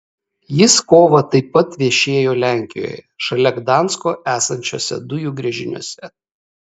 jis kovą taip pat viešėjo lenkijoje šalia gdansko esančiuose dujų gręžiniuose